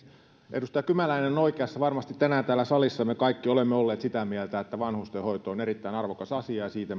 edustaja kymäläinen on oikeassa varmasti tänään täällä salissa me kaikki olemme olleet sitä mieltä että vanhustenhoito on erittäin arvokas asia ja siitä